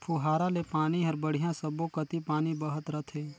पुहारा ले पानी हर बड़िया सब्बो कति पानी बहत रथे